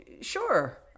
Sure